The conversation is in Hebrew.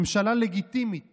ממשלה לגיטימית